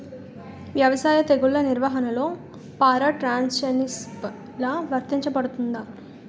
వ్యవసాయ తెగుళ్ల నిర్వహణలో పారాట్రాన్స్జెనిసిస్ఎ లా వర్తించబడుతుంది?